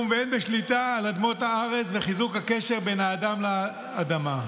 והן בשליטה על אדמת הארץ וחיזוק הקשר בין האדם לאדמה.